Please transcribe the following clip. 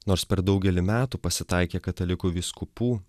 nors per daugelį metų pasitaikė katalikų vyskupų